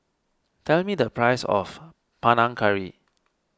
tell me the price of Panang Curry